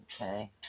Okay